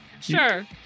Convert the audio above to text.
Sure